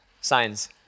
signs